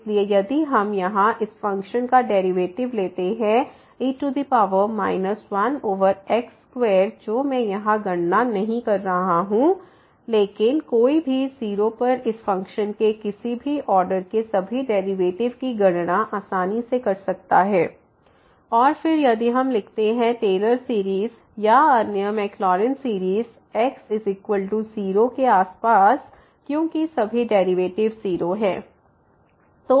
इसलिए यदि हम यहाँ इस फ़ंक्शन का डेरिवेटिव लेते हैं e 1x2 जो मैं यह गणना नहीं कर रहा हूँ लेकिन कोई भी 0 प इस फ़ंक्शन के किसी भी ऑर्डर की सभी डेरिवेटिव की गणना आसानी से कर सकता है और फिर यदि हम लिखते हैं टेलर सीरीज़ या अन्य मैकलॉरिन सीरीज़ x0 के आसपास क्योंकि सभी डेरिवेटिव 0 हैं